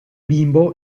bimbo